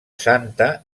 santa